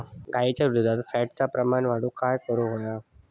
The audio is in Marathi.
गाईच्या दुधात फॅटचा प्रमाण वाढवुक काय करायचा?